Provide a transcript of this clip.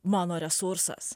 mano resursas